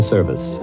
Service